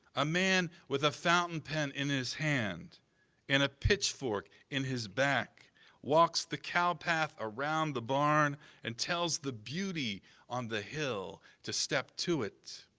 a man with a fountain pen in his hand and a pitchfork in his back walks the cow-path around the barn and tells the beauty on the hill to step to it.